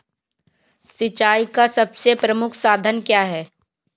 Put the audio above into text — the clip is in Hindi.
सिंचाई का सबसे प्रमुख साधन क्या है?